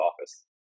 office